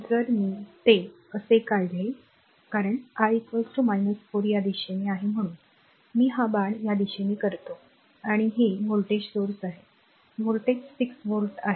जर मी ते असे काढले कारण मीI 4 या दिशेने म्हणून मी हा बाण या दिशेने करतो आणि हे r voltage source आहे व्होल्टेज 6 व्होल्ट आहे